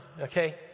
okay